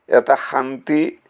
এটা শান্তি